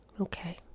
Okay